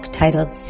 titled